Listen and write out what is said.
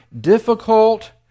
difficult